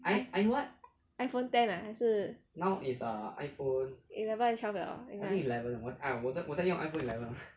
iphone ten ah 还是 eleven 还是 twelve 了应该